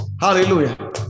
Hallelujah